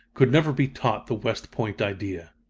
could never be taught the west point idea.